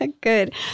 Good